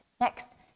Next